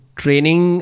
training